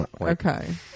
Okay